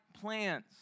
plans